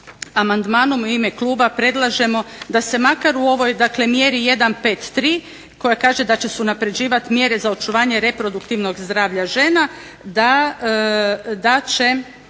amandmanom u ime kluba predlažemo da se makar u ovoj dakle mjeri 153 koja kaže da će se unapređivati mjere za očuvanje reproduktivnog zdravlja žena, da će